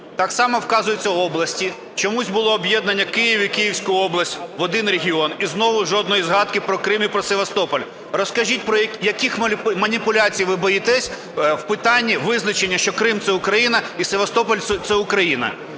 Так само вказуються області, чомусь було об'єднання Київ і Київську область в один регіон і знову жодної згадки про Крим і про Севастополь. Розкажіть, яких маніпуляцій ви боїтеся в питанні визначення, що Крим – це Україна і Севастополь – це Україна?